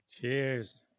Cheers